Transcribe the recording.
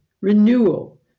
renewal